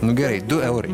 nu gerai du eurai